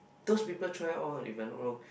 those people try all if I'm not wrong